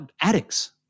addicts